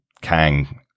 Kang